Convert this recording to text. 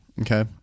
Okay